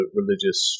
religious